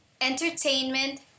entertainment